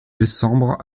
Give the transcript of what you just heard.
décembre